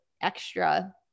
extra